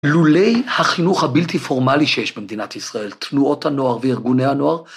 אילולא החינוך הבלתי פורמלי שיש במדינת ישראל, תנועות הנוער וארגוני הנוער.